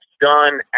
done